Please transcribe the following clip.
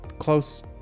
close